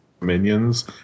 minions